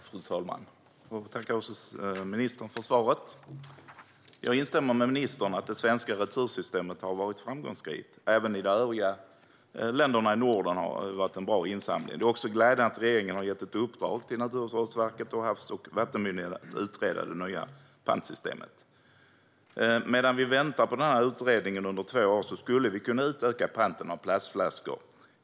Fru talman! Jag vill tacka ministern för svaret. Jag instämmer med ministern i att det svenska retursystemet har varit framgångsrikt. Även de övriga länderna i Norden har en bra insamling. Det är också glädjande att regeringen har gett ett uppdrag till Naturvårdsverket och Havs och vattenmyndigheten att utreda nya pantsystem. Medan vi väntar på utredningen under två år skulle vi kunna utöka panten av plastflaskor.